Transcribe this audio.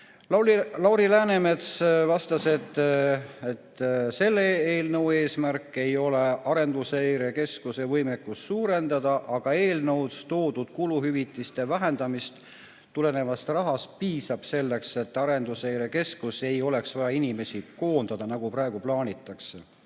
Lauri Läänemets vastas, et selle eelnõu eesmärk ei ole Arenguseire Keskuse võimekust suurendada. Eelnõus toodud kuluhüvitiste vähendamisega tekkivast rahast piisab selleks, et Arenguseire Keskuses ei oleks vaja inimesi koondada, nagu praegu plaanitakse.